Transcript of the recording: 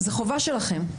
זוהי חובה שלכם.